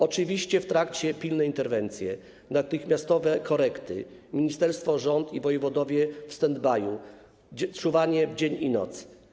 Oczywiście w trakcie pilne interwencje, natychmiastowe korekty, ministerstwo, rząd i wojewodowie w stand-by, czuwanie dzień i noc.